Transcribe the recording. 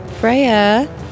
Freya